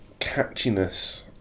catchiness